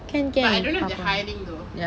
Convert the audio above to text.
but I don't know if there're hiring though